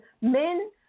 men